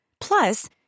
Plus